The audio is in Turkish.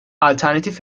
alternatif